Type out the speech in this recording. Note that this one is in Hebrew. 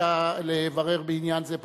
ביקשה לברר בעניין זה פרטים,